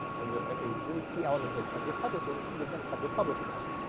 it was a really key element of of republic, what was then called republicanism.